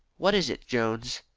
what is it, jones?